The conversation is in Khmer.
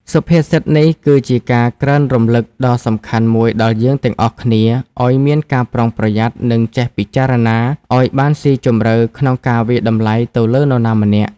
សុភាសិតនេះគឺជាការក្រើនរំលឹកដ៏សំខាន់មួយដល់យើងទាំងអស់គ្នាឲ្យមានការប្រុងប្រយ័ត្ន និងចេះពិចារណាឲ្យបានស៊ីជម្រៅក្នុងការវាយតម្លៃទៅលើនរណាម្នាក់។